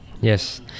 Yes